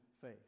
faith